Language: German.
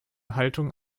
haltung